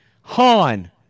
Han